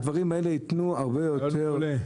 הדברים האלו ייתנו הרבה יותר --- רעיון מעולה.